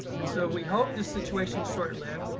and so we hope this situation is short lived.